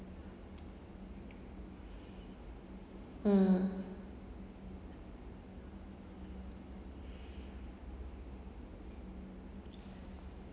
mm